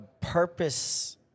purpose